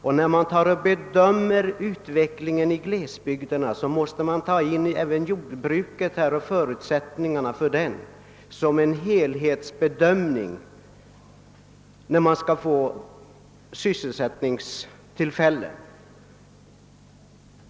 Och när man bedömer utvecklingen i glesbygderna måste man även ta hänsyn till jordbruket och dess förutsättningar, så att det blir en helhetsbedömning av sysselsättningstillfällena.